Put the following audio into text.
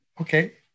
Okay